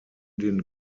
den